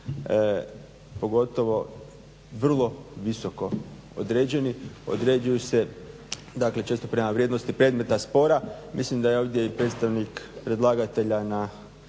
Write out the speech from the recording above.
pogotovo vrlo visoko određeni. Određuju se često prema vrijednosti predmeta spora. Mislim da je ovdje i predstavnik predlagatelja na